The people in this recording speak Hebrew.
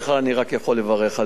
אני רק יכול לברך עליו,